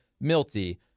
Milty